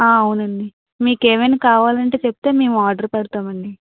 అవునండి మీకు ఏమైనా కావాలంటే చెప్తే మేము ఆర్డర్ పెడతామండి